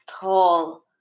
tall